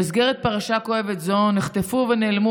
במסגרת פרשה כואבת זו נחטפו ונעלמו